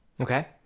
Okay